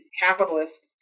capitalist